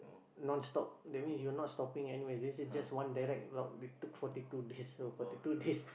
non-stop that means you're not stopping anywhere they say just one direct you know forty two days forty two days